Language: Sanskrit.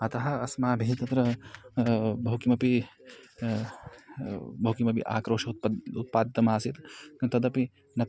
अतः अस्माभिः तत्र बहु किमपि बहु कः अपि आक्रोशः उत्पद्यते उत्पादितमासीत् तदपि न